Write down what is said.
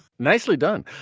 nicely done.